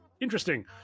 interesting